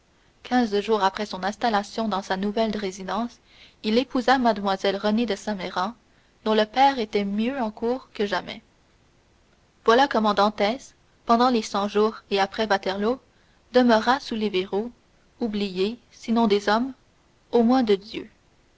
quinze jours après son installation dans sa nouvelle résidence il épousa mlle renée de saint méran dont le père était mieux en cour que jamais voilà comment dantès pendant les cent-jours et après waterloo demeura sous les verrous oublié sinon des hommes au moins de dieu